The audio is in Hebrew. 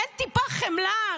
אין טיפה חמלה?